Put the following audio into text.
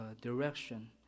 direction